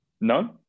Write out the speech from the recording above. None